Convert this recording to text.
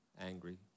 angry